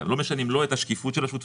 אנחנו לא משנים לא את השקיפות של השותפות,